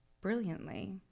brilliantly